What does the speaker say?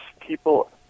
people